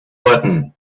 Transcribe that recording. button